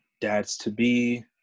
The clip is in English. dads-to-be